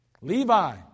Levi